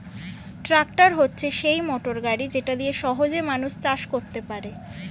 tractor হচ্ছে সেই motor গাড়ি যেটা দিয়ে সহজে মানুষ চাষ করতে পারে